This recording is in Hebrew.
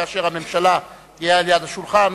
כאשר הממשלה תהיה על יד השולחן,